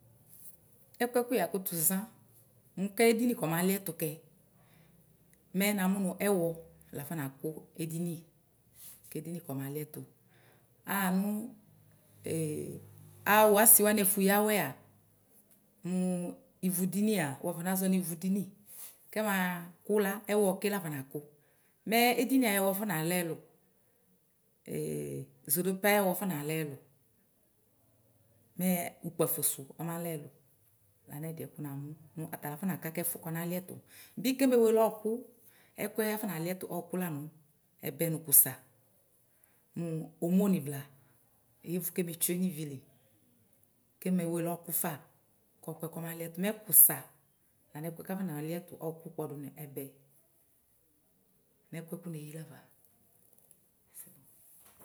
Ɛkʋɛ kʋ yakʋtʋ zaa mʋ kɛ edini kɔmalɩɛtʋ kɛ mɛ namʋ nʋ ɛwɔ lafɔnakʋ edini kedini kɔmalɩɛtʋ aɣa nʋ a wʋ ɔsi wanɩ ɛfʋ ya awɛ aa wafɔna zɔnʋ ivudini kɛmakʋ la mɛ ɛwɔke lafɔnakʋ mɛ edini ayʋ ɛwɔ afɔnalɛ ɛlʋ ee zodope ayʋ ɛwɔ afɔ nalɛ ɛlʋ mɛ ʋkpafosʋ ɔmalɛ ɛlʋ lanʋ ɛdiɛkʋ namʋ. Atala afɔnaka kʋ ɛfʋ kɔnaliɛtʋ. Bɩ keme wele ɔkʋ, ɛkʋɛ afɔnaka kʋ ɔkʋ kɔnaliɛtʋ lanʋ ɛbɛ nʋ kʋsa. Mʋ omoni vla yevʋ kemetsue nʋ ivili keme wele ɔkʋ fa kɔ ɔkʋɛ kɔma liɛtʋ mɛ kʋsa lanʋ ɛkʋɛ akɔnaliɛtʋ ɔkʋ kpɔdʋ nʋ ɛbɛ nɛkʋɛ neyi lafa.